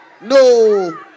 No